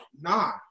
nah